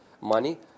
money